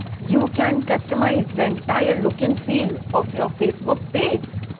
you can customise the entire look and feel of your facebook page.